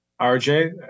RJ